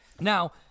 Now